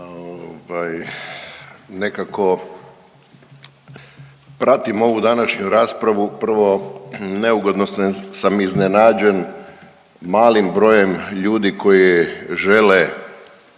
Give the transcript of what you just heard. nekako pratim ovu današnju raspravu, prvo, neugodno sam iznenađen malim brojem ljudi koji žele